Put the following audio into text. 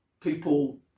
people